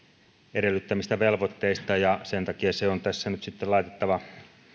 edellyttämistä velvoitteista ja sen takia tässä on nyt laitettava